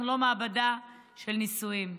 אנחנו לא מעבדה של ניסויים.